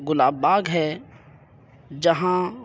گلاب باغ ہے جہاں